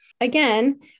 Again